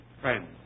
Friends